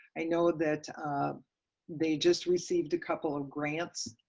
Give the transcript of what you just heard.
i know that they just received a couple of grants,